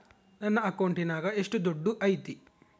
ನನ್ನ ಅಕೌಂಟಿನಾಗ ಎಷ್ಟು ದುಡ್ಡು ಐತಿ?